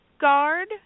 guard